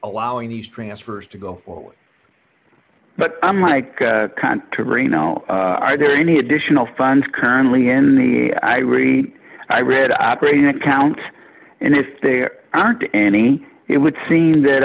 allowing these transfers to go forward but i'm like kind to reno are there any additional funds currently in the i read i read i pray to count and if there aren't any it would seem that